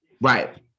right